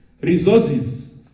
resources